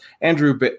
Andrew